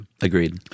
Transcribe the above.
Agreed